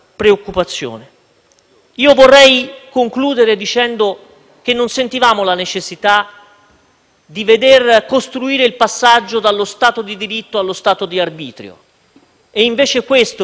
di veder costruire il passaggio dallo Stato di diritto allo Stato di arbitrio e invece questo vediamo avvenire: il passaggio dallo Stato di diritto allo Stato di arbitrio.